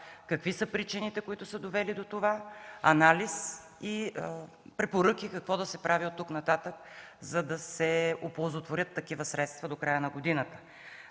какви са причините, довели до това, анализ и препоръки какво да се прави от тук нататък, за да се оползотворят такива средства до края на годината.